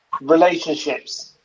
Relationships